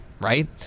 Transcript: right